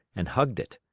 and hugged it.